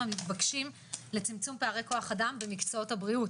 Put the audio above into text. המתבקשים לצמצום פערי כוח אדם במקצועות הבריאות.